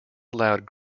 allowed